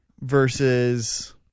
Versus